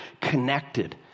connected